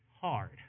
hard